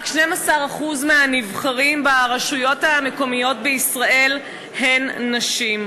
רק 12% מהנבחרים ברשויות המקומיות בישראל הם נשים.